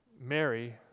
Mary